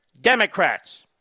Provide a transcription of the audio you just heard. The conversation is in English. Democrats